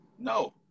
No